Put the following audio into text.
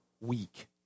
week